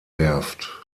werft